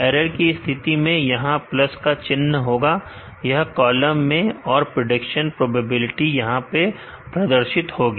error की स्थिति में यहां प्लस का चिन्ह होगा इस कॉलम में और प्रेडिक्शन प्रोबेबिलिटी यहां प्रदर्शित होगी